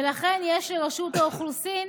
ולכן יש לרשות האוכלוסין